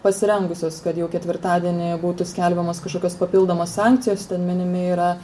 pasirengusios kad jau ketvirtadienį būtų skelbiamos kažkokios papildomos sankcijos ten minimi yra